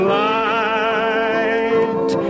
light